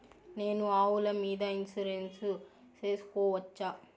నేను ఆవుల మీద ఇన్సూరెన్సు సేసుకోవచ్చా?